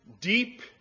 deep